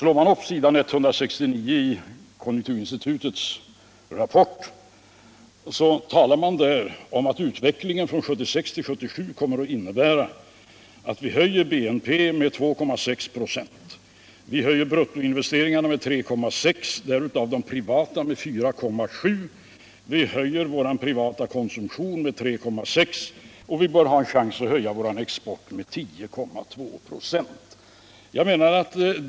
När man slår upp s. 169 i konjunkturinstitutets rapport, så talas det där om att utvecklingen från 1976 till 1977 kommer att innebära att vi höjer BNP med 246 ”v, vi höjer bruttoinvesteringarna med 3,6 ”.. därav de privata med 4,7 "ö. vi höjer vår privata konsumtion med 3,.6 ”5 och vi bör ha en chans att höja vår export med 102 "u.